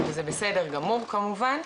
וזה בסדר גמור כמובן.